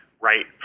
right